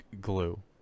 glue